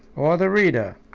or the reader,